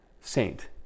saint